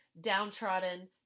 downtrodden